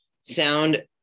sound